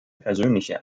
persönliche